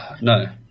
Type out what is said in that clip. no